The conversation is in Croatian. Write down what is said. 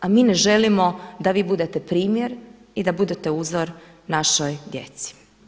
A mi ne želimo da vi budete primjer i da budete uzor našoj djeci.